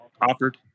offered